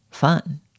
Fun